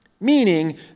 Meaning